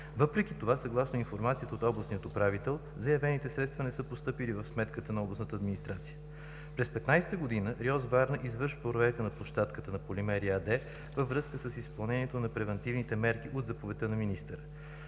Въпреки това съгласно информацията от областния управител заявените средства не са постъпили в сметката на областната администрация. През 2015 г. РИОСВ – Варна, извършва проверка на площадката на „Полимери“ АД във връзка с изпълнението на превантивните мерки от Заповедта на министъра.